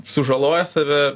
sužaloja save